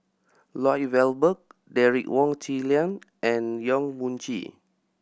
Lloyd Valberg Derek Wong Zi Liang and Yong Mun Chee